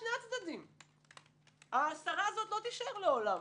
כששלחתי את המייל לבקשה להצטרף להיות חלק מהפורום,